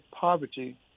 poverty